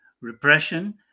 repression